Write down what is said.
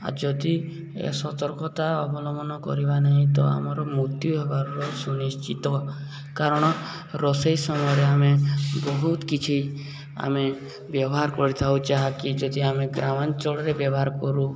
ଆଉ ଯଦି ଏ ସତର୍କତା ଅବଲମ୍ବନ କରିବା ନାହିଁ ତ ଆମର ମୃତ୍ୟୁ ହେବାରର ସୁନିଶ୍ଚିତ କାରଣ ରୋଷେଇ ସମୟରେ ଆମେ ବହୁତ କିଛି ଆମେ ବ୍ୟବହାର କରିଥାଉ ଯାହାକି ଯଦି ଆମେ ଗ୍ରାମାଞ୍ଚଳରେ ବ୍ୟବହାର କରୁ